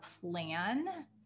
plan